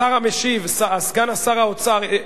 השר המשיב, סגן שר האוצר.